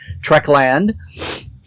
Trekland